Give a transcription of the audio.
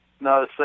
No